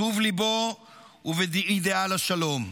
בטוב ליבו ובאידיאל השלום.